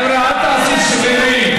חבר'ה, אל תעשו שרירים.